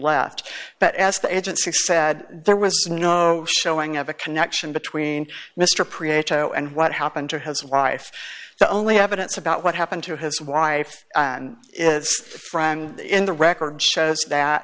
left but as the agency said there was no showing of a connection between mr prieta and what happened to his wife the only evidence about what happened to his wife is the friend in the record shows that